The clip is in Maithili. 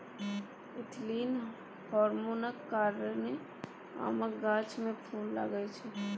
इथीलिन हार्मोनक कारणेँ आमक गाछ मे फुल लागय छै